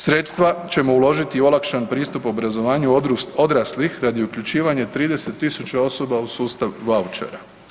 Sredstva ćemo uložiti i olakšan pristup obrazovanju odraslih radi uključivanja 30.000 osoba u sustav vaučera.